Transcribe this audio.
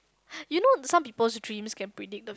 you know some peoples dreams can predict the